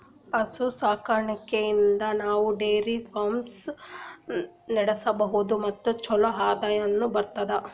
ಹಸು ಸಾಕಾಣಿಕೆಯಿಂದ್ ನಾವ್ ಡೈರಿ ಫಾರ್ಮ್ ನಡ್ಸಬಹುದ್ ಮತ್ ಚಲೋ ಆದಾಯನು ಬರ್ತದಾ